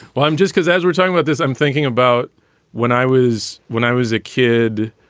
well, i'm just because as we're talking about this, i'm thinking about when i was when i was a kid,